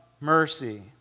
mercy